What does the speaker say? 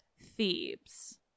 Thebes